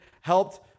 helped